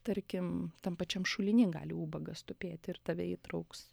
tarkim tam pačiam šuliny gali ubagas tupėti ir tave įtrauks